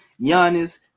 Giannis